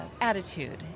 attitude